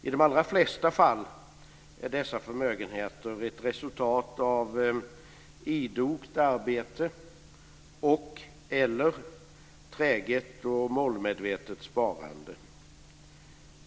I de allra flesta fall är dessa förmögenheter ett resultat av idogt arbete och/eller träget och målmedvetet sparande.